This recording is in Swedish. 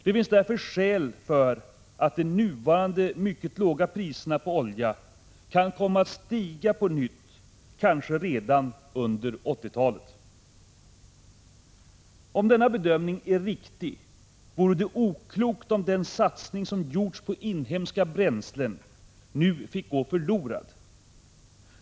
Det finns därför skäl att tro att de nuvarande mycket låga priserna på olja kan komma att stiga på nytt, kanske redan under 1980-talet. Om denna bedömning är riktig, vore det oklokt att nu låta den satsning som gjorts på inhemska bränslen gå förlorad.